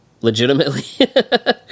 Legitimately